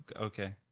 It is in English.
Okay